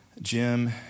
Jim